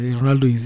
Ronaldo